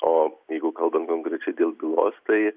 o jeigu kalbant konkrečiai dėl bylos tai